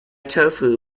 tofu